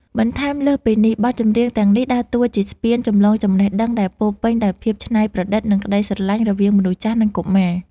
បន្ថែមលើសពីនេះ បទចម្រៀងទាំងនេះដើរតួជាស្ពានចម្លងចំណេះដឹងដែលពោរពេញដោយភាពច្នៃប្រឌិត និងក្ដីស្រឡាញ់រវាងមនុស្សចាស់ និងកុមារ។